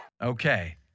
Okay